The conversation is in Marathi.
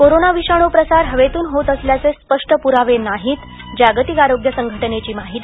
कोरोना विषाणू प्रसार हवेतून होत असल्याचे स्पष्ट प्रावे नाहीत जागतिक आरोग्य संघटनेची माहिती